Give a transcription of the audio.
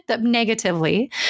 negatively